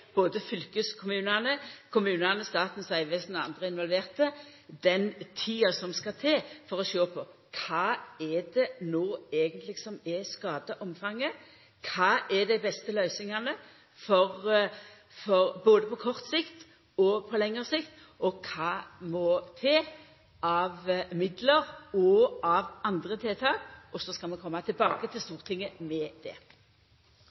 både fylkeskommunane, kommunane, Statens vegvesen og andre involverte den tida som skal til for å sjå på kva det no eigentleg er som er skadeomfanget, kva er dei beste løysingane – både på kort og lengre sikt – og kva må til av midlar og av andre tiltak. Så skal vi koma tilbake til Stortinget med det.